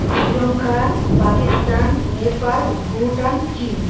শ্রীলঙ্কা পাকিস্তান নেপাল ভুটান চীন